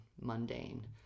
mundane